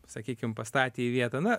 sakykim pastatė į vietą na